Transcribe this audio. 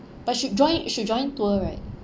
but should join should join tour right